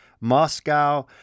Moscow